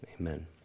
amen